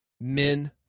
men